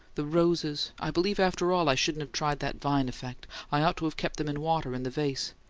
the roses. i believe after all i shouldn't have tried that vine effect i ought to have kept them in water, in the vase.